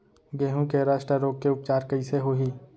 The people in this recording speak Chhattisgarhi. गेहूँ के रस्ट रोग के उपचार कइसे होही?